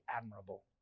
admirable